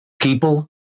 People